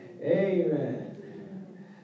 Amen